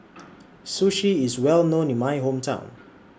Sushi IS Well known in My Hometown